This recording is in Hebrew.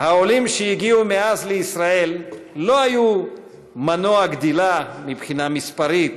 העולים שהגיעו מאז לישראל לא היו רק מנוע גדילה מבחינה מספרית,